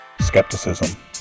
skepticism